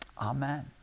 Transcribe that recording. Amen